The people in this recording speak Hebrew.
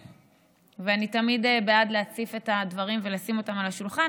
ואני תמיד בעד להציף את הדברים ולשים אותם על השולחן,